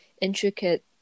intricate